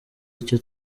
icyo